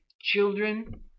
Children